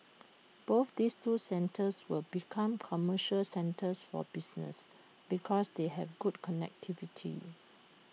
both these two centres will become commercial centres for business because they have good connectivity